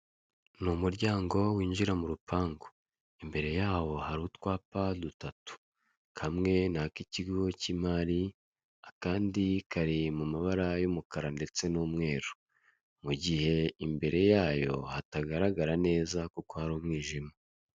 Ni umuryango winjira mu rupangu, imbere yawo hari utwapa dutatu, kamwe ni ak'ikigo cy'imari, kandi kari mu mabara y'umukara ndetse n'umweru, mu gihe imbere yayo hatagaragara neza kuko hari umwijima.